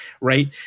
right